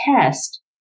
test